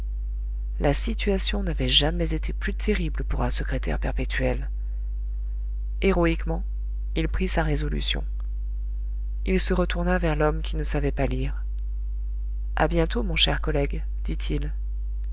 la situation n'avait jamais été plus terrible pour un secrétaire perpétuel héroïquement il prit sa résolution il se retourna vers l'homme qui ne savait pas lire a bientôt mon cher collègue dit-il